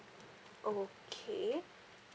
okay